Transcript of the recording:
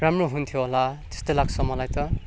राम्रो हुन्थ्यो होला त्यस्तै लाग्छ मलाई त